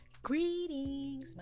Greetings